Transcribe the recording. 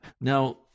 Now